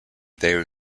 they